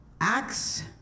Acts